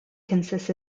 consists